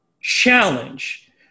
challenge